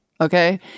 okay